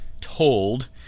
told